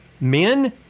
men